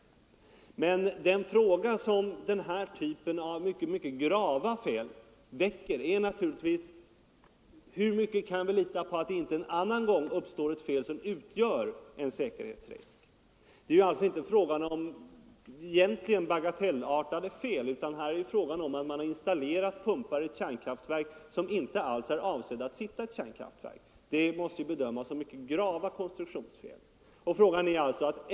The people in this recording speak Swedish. Men den fråga som den här typen av mycket grava fel väcker är naturligtvis: Hur mycket kan vi lita på att det inte en annan gång uppstår ett fel som utgör en säkerhetsrisk? Det rör sig alltså egentligen inte om bagatellartade fel utan om att man har installerat pumpar i ett kärnkraftverk som inte alls är avsedda att sitta i ett kärnkraftverk, och det måste ju bedömas som ett mycket allvarligt konstruktionsfel.